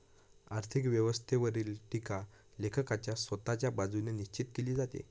आर्थिक व्यवस्थेवरील टीका लेखकाच्या स्वतःच्या बाजूने निश्चित केली जाते